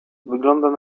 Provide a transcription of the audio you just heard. wyglądała